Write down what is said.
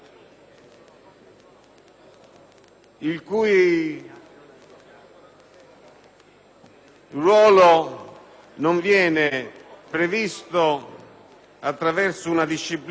il loro ruolo non viene previsto attraverso una disciplina